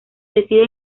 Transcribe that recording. decide